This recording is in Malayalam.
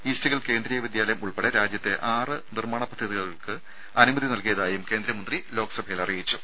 ഈസ്റ്റ്ഹിൽ കേന്ദ്രീയ വിദ്യാലയം ഉൾപ്പെടെ രാജ്യത്തെ ആറ് നിർമ്മാണ പദ്ധതികൾക്ക് അനുമതി നൽകിയതായും കേന്ദ്രമന്ത്രി ലോക്സഭയിൽ അറിയിച്ചു